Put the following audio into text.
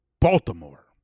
Baltimore